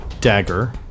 dagger